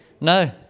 no